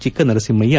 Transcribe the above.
Chikkanarasimpayya